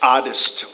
Artist